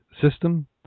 system